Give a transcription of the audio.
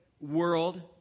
world